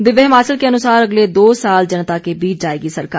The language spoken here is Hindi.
दिव्य हिमाचल के अनुसार अगले दो साल जनता के बीच जाएगी सरकार